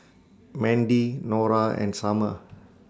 Mandy Nora and Summer